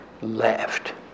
left